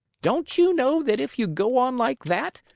don't you know that if you go on like that,